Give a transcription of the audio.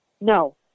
No